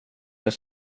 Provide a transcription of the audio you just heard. jag